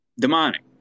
demonic